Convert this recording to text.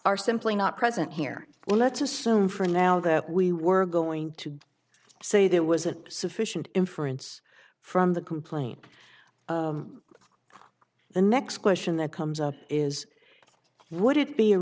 are simply not present here let's assume for now that we were going to say there was a sufficient inference from the complaint the next question that comes up is would it be a